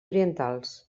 orientals